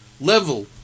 level